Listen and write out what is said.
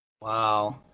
Wow